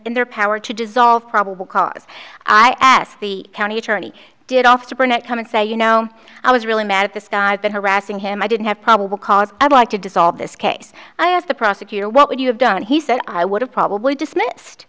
in their power to dissolve probable cause i ask the county attorney did offer to burnett come and say you know i was really mad at this guy been harassing him i didn't have probable cause i'd like to dissolve this case i asked the prosecutor what would you have done and he said i would have probably dismissed